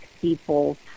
people